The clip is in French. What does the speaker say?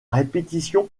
répétition